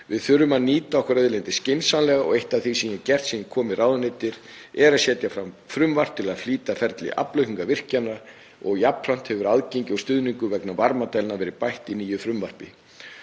Við þurfum að nýta auðlindir okkar skynsamlega og eitt af því sem ég hef gert síðan ég kom í ráðuneytið er að setja fram frumvarp til að flýta ferli aflaukningar virkjana og jafnframt hefur aðgengi og stuðningur vegna varmadælna verið bætt í nýju frumvarpi.